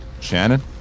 Shannon